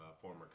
former